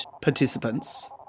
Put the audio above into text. participants